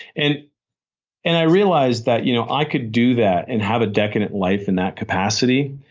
and and i realized that you know i could do that and have a decadent life in that capacity.